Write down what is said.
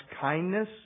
kindness